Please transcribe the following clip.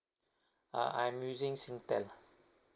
uh I'm using singtel